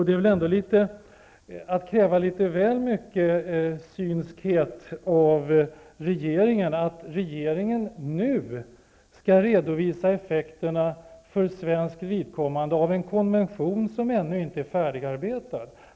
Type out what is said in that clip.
Det är väl ändå att kräva litet väl mycket synskhet av regeringen att säga att regeringen nu skall redovisa effekterna för svenskt vidkommande av en konvention som ännu inte är färdig.